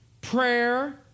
prayer